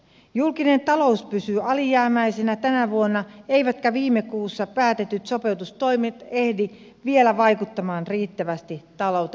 julkinen talous pysyy alijäämäisenä tänä vuonna eivätkä viime kuussa päätetyt sopeutustoimet ehdi vielä vaikuttaa riittävästi taloutemme tilaan